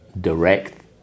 direct